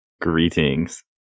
Greetings